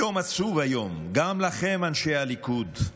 יום עצוב היום גם לכם, אנשי הליכוד,